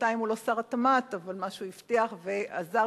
בינתיים הוא לא שר התמ"ת, אבל מה שהוא הבטיח, עזר,